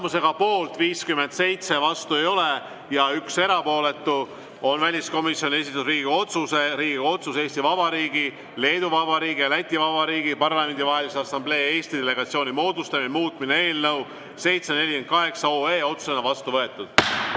Tulemusega poolt 57, vastuolijaid ei ole ja 1 erapooletu, on väliskomisjoni esitatud Riigikogu otsuse "Riigikogu otsuse "Eesti Vabariigi, Leedu Vabariigi ja Läti Vabariigi Parlamentidevahelise Assamblee Eesti delegatsiooni moodustamine" muutmine" eelnõu 748 otsusena vastu võetud.